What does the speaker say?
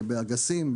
באגסים,